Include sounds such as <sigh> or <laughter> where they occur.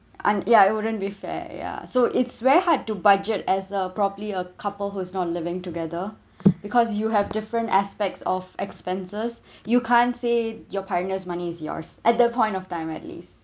and yeah it wouldn't be fair ya so it's very hard to budget as a properly a couple who is not living together <breath> because you have different aspects of expenses <breath> you can't say your partner's money is yours at that point of time at least